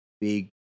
big